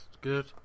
good